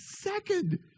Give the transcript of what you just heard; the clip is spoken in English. second